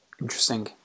Interesting